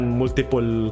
multiple